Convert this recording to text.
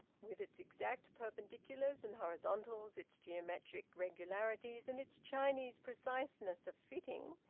with its exact perpendiculars and horizontals, its geometric regularities, and its chinese preciseness of fitting,